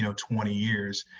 you know twenty years.